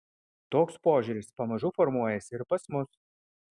toks požiūris pamažu formuojasi ir pas mus